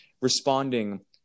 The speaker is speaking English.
responding